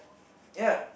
ya